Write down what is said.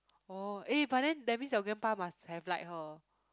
oh eh but then that means your grandpa must have like her